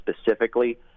specifically